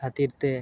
ᱠᱷᱟᱹᱛᱤᱨᱛᱮ